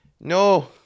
no